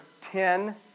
ten